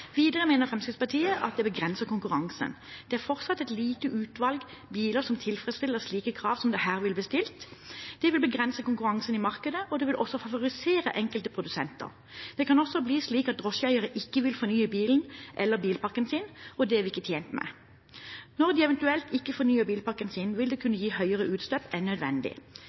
Videre mener Fremskrittspartiet at forslaget begrenser konkurransen. Det er fortsatt bare et lite utvalg biler som tilfredsstiller slike krav som det her vil bli stilt. Det vil begrense konkurransen i markedet, og det vil også favorisere enkelte produsenter. Det kan også bli slik at drosjeeiere ikke vil fornye bilen eller bilparken sin, og det er vi ikke tjent med. Når de eventuelt ikke fornyer bilparken sin, vil det kunne gi høyere utslipp enn nødvendig.